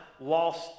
lost